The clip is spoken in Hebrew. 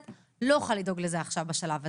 אני לא אוכל לדאוג לזה עכשיו בשלב הזה.